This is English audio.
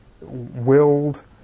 willed